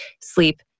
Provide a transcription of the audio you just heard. sleep